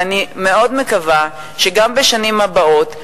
ואני מאוד מקווה שגם בשנים הבאות,